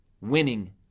winning